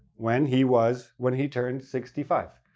when he was. when he turned sixty five.